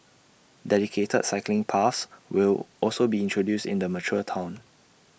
dedicated cycling paths will also be introduced in the mature Town